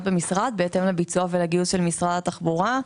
במשרד בהתאם לביצוע ולגיוס של משרד התחבורה.